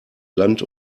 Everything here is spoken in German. land